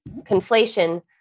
conflation